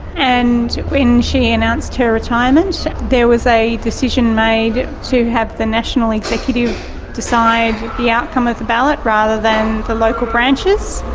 and when she announced her retirement there was a decision made to have the national executive decide the outcome of ah the ballot rather than the local branches,